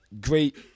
great